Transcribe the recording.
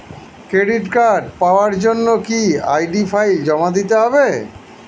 Credit card পাওয়ার জন্য কি আই.ডি ফাইল জমা দিতে হবে?